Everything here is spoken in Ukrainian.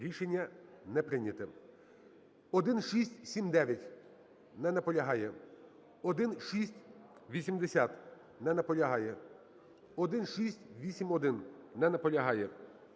Рішення не прийнято. 1679. Не наполягає. 1680. Не наполягає. 1681. Не наполягає.